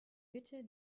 bitte